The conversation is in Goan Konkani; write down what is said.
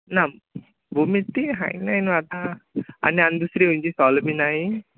ना बोमी तीं हायनाय न्हय आतां आनी आनी दुसरीं खंयचीं सोल बी आय